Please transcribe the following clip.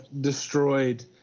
destroyed